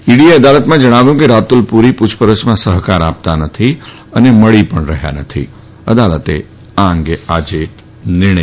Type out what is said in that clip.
ઈડીએ અદાલતમાં જણાવ્યું હતું કે રાતુલ પૂરી પૂછપરછમાં સહકાર આપતા નથી અને મળી રહ્યા નથીઅદાલત આ અંગે આજે નિર્ણય